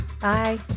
Bye